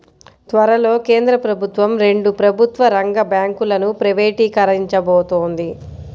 త్వరలో కేంద్ర ప్రభుత్వం రెండు ప్రభుత్వ రంగ బ్యాంకులను ప్రైవేటీకరించబోతోంది